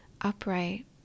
upright